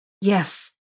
Yes